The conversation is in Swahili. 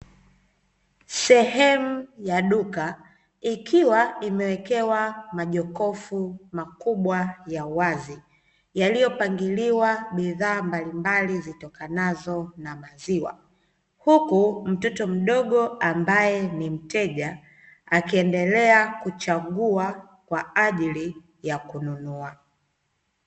Sehemu ya duka ikiwa imewekewa majokofu makubwa ya wazi, yaliyopangiliwa bidhaa mbalimbali zitokanazo na maziwa, huku mtoto mdogo ambaye ni mteja akiendelea kuchagua kwa ajili ya kununua.